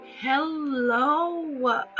Hello